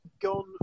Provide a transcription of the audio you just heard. Gone